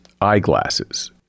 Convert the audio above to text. eyeglasses